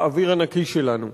באוויר הנקי שלנו.